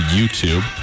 YouTube